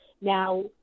Now